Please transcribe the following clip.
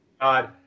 God